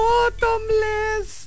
Bottomless